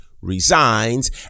resigns